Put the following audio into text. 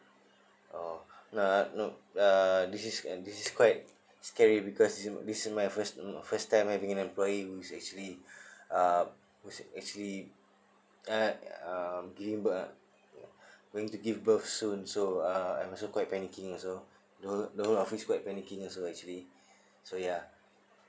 oh no no no uh this is and this is quite scary because this this is my first first time having an employee who is actually uh actually uh giving bir~ going to give birth soon so uh I'm also quite panicking also the whole the whole office quite panicking also actually so ya